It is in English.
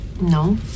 No